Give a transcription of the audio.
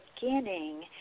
beginning